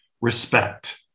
respect